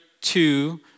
two